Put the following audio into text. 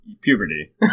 puberty